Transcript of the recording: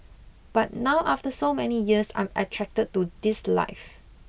but now after so many years I'm attracted to this life